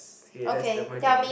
okay that's the monitor one